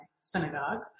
synagogue